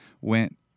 went